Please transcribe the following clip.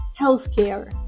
healthcare